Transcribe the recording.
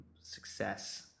success